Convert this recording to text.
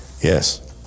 Yes